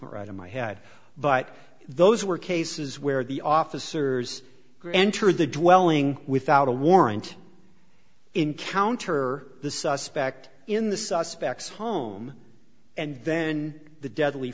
right in my head but those were cases where the officers entered the dwelling without a warrant encounter the suspect in the suspects home and then the deadly